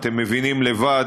אתם מבינים לבד,